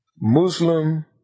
Muslim